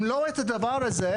אם לא היה את הדבר הזה,